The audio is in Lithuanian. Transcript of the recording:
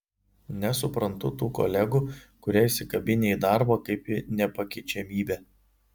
nesuprantu tų kolegų kurie įsikabinę į darbą kaip į nepakeičiamybę